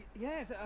Yes